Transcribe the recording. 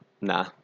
Nah